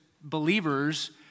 believers